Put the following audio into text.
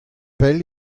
pell